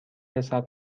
رسد